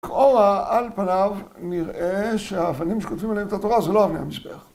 לכאורה על פניו נראה שהאבנים שכותבים עליהם את התורה זה לא אבני המזבח.